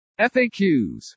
FAQs